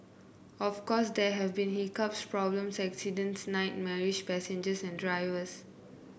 of course there have been hiccups problems accidents nightmarish passengers and drivers